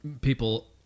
people